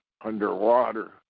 underwater